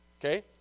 okay